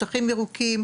שטחים ירוקים,